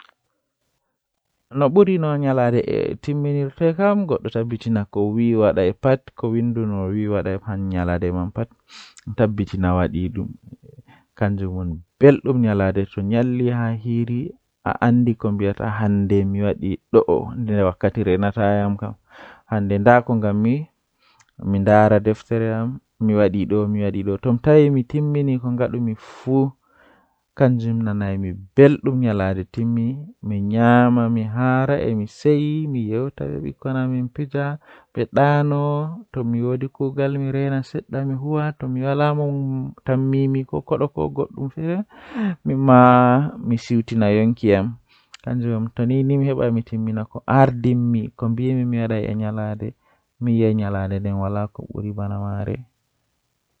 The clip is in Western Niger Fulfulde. Kuugal jei mi waawata huwugo bo miɗon yi'a Miɗo waawi waɗde gollal ngal ɗum o waawugol sabu mi njogii ko maɓɓe. Miɗo waawi foti gollal o waawugol ngam miɗo waawi goɗɗum kadi.